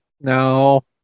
No